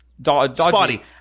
spotty